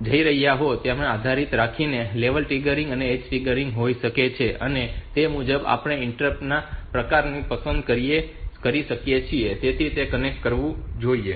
જઈ રહ્યા છો તેના પર આધાર રાખીને આ લેવલ ટ્રિગરિંગ અને ઍજ ટ્રિગરિંગ હોઈ શકે છે અને તે મુજબ આપણે ઇન્ટરપ્ટ નો પ્રકાર પસંદ કરી શકીએ છીએ કે જેની સાથે તેને કનેક્ટ કરવું જોઈએ